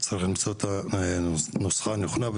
צריך למצוא את הנוסחה הנכונה,